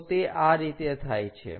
તો તે આ રીતે થાય છે